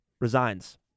resigns